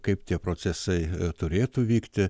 kaip tie procesai turėtų vykti